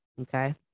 Okay